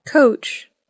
Coach